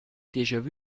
déjà